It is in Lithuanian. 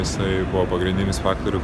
jisai buvo pagrindinis faktoriu